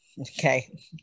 Okay